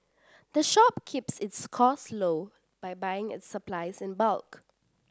the shop keeps its costs low by buying its supplies in bulk